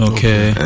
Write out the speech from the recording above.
Okay